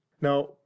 now